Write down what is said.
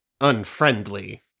unfriendly